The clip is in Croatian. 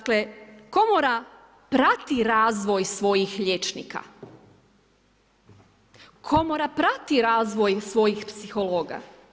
Dakle, komora prati razvoj svojih liječnika, komora prati razvoj svojih psihologa.